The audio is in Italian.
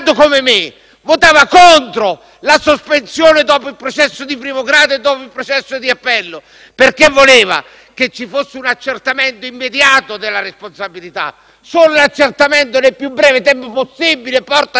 della prescrizione dopo il processo di primo grado e dopo il processo di appello, perché voleva che ci fosse un accertamento immediato della responsabilità. Solo l'accertamento nel più breve tempo possibile porta alla deterrenza.